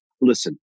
listen